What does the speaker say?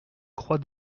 croix